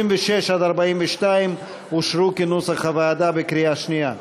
36 42 אושרו כנוסח הוועדה בקריאה שנייה.